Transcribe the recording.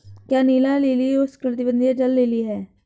क्या नीला लिली उष्णकटिबंधीय जल लिली है?